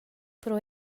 pro